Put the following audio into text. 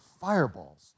fireballs